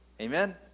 Amen